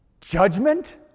Judgment